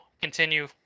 continue